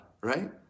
right